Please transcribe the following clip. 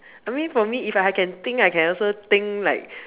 I mean for me if I have can ding I can also ding like